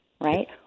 right